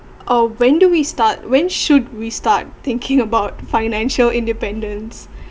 uh when do we start when should we start thinking about financial independence